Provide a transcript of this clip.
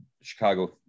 Chicago